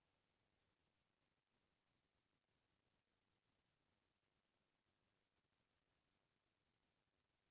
कोनो बेरा दुकानदार कोनो माल जादा लेके रख दे रहिथे ओ बेरा माल के भाव उतरगे ता नुकसानी होथे